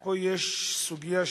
פה יש סוגיה.